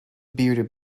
bearded